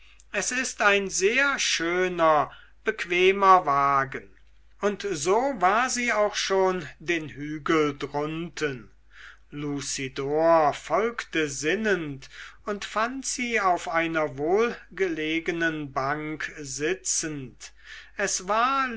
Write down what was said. es ist ein sehr schöner bequemer wagen und so war sie auch schon den hügel drunten lucidor folgte sinnend und fand sie auf einer wohlgelegenen bank sitzend es war